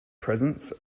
presence